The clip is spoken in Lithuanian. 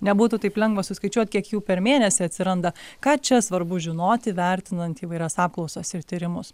nebūtų taip lengva suskaičiuot kiek jų per mėnesį atsiranda ką čia svarbu žinoti vertinant įvairias apklausas ir tyrimus